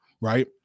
Right